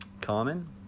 common